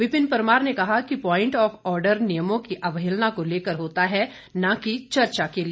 विपिन परमार ने कहा कि प्वाइंट आफ आर्डर नियमों की अवहेलना को लेकर होता है न कि चर्चा के लिए